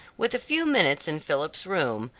with a few minutes in philip's room,